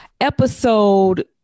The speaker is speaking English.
episode